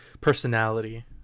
personality